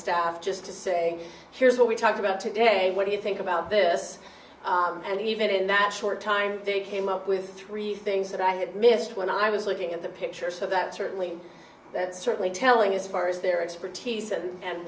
staff just to say here's what we talked about today what do you think about this and even in that short time they came up with three things that i had missed when i was looking at the picture so that certainly that's certainly telling as far as their expertise and